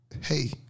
Hey